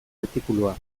artikulua